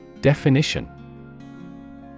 Definition